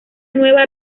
nueva